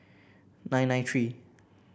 nine nine three